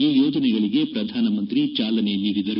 ಈ ಯೋಜನೆಗಳಿಗೆ ಪ್ರಧಾನಮಂತ್ರಿ ಚಾಲನೆ ನೀಡಿದರು